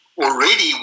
already